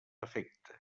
efecte